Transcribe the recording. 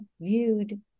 viewed